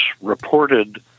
reported